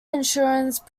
insurance